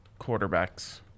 Quarterbacks